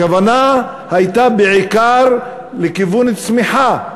הכוונה הייתה בעיקר לכיוון צמיחה.